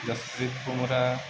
Jasprit Bumrah